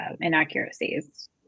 inaccuracies